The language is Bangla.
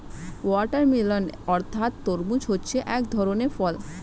ওয়াটারমেলান অর্থাৎ তরমুজ হচ্ছে এক ধরনের ফল